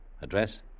Address